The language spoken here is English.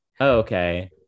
okay